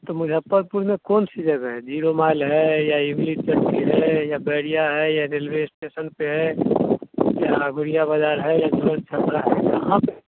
तओ मुज़फ़्फ़रपुर में कौन सी जगह है जीरो माइल है या इमली चक्की है या बैरिया है या रेलवे स्टेसन पर है या गुड़ीया बज़ार है या छपरा है कहाँ पर है